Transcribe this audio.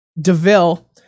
DeVille